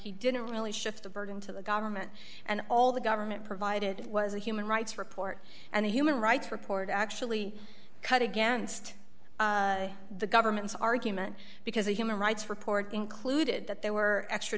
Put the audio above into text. he didn't really shift the burden to the government and all the government provided was a human rights report and human rights report actually cut against the government's argument because a human rights report concluded that there were extra